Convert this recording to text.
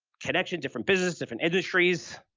connection, different businesses, different industries.